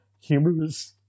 humorous